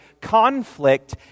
conflict